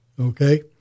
Okay